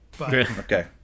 Okay